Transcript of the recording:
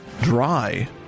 dry